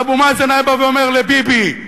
אבו מאזן היה בא ואומר לביבי,